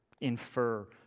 infer